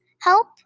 Help